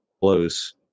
close